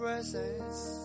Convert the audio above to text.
presence